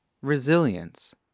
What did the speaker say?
Resilience